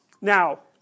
Now